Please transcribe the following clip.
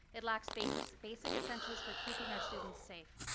it lacks basics basic essentials for keeping our students safe.